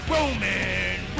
Roman